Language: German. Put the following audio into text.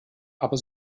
aber